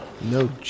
No